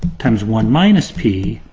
times one minus p,